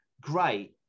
great